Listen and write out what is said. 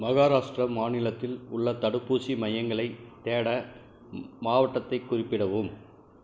மகாராஷ்ட்ரா மாநிலத்தில் உள்ள தடுப்பூசி மையங்களைத் தேட மாவட்டத்தைக் குறிப்பிடவும்